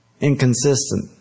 Inconsistent